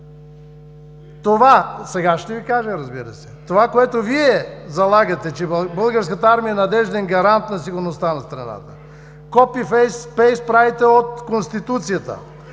Това, което Вие залагате, че Българската армия е надежден гарант на сигурността на страната, правите копи-пейст от Конституцията.